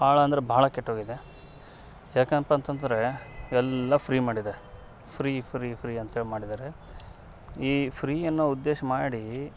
ಭಾಳ ಅಂದ್ರೆ ಭಾಳ ಕೆಟ್ಟೋಗಿದೆ ಯಾಕಪ್ಪ ಅಂತಂದ್ರೆ ಎಲ್ಲ ಫ್ರೀ ಮಾಡಿದೆ ಫ್ರೀ ಫ್ರೀ ಫ್ರೀ ಅಂಥೇಳಿ ಮಾಡಿದ್ದಾರೆ ಈ ಫ್ರೀ ಅನ್ನೋ ಉದ್ದೇಶ ಮಾಡಿ